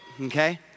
okay